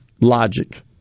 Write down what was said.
logic